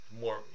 More